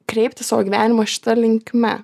kreipti savo gyvenimą šita linkme